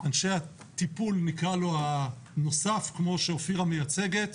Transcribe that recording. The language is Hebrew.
אנשי הטיפול הנוסף כמו שאופירה מייצגת.